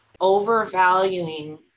overvaluing